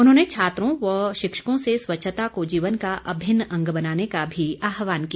उन्होंने छात्रों व शिक्षकों से स्वच्छता को जीवन का अभिन्न अंग बनाने का भी आहवान किया